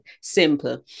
simple